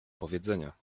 powiedzenia